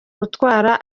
gutwara